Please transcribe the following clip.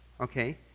okay